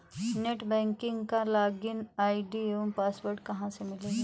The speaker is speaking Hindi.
नेट बैंकिंग का लॉगिन आई.डी एवं पासवर्ड कहाँ से मिलेगा?